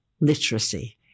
literacy